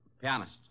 Pianist